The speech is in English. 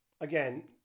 again